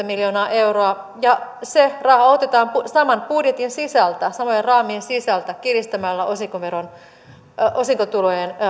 miljoonaa euroa ja se raha otetaan saman budjetin sisältä samojen raamien sisältä kiristämällä osinkotulojen